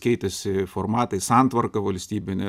keitėsi formatai santvarka valstybinė